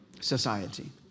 society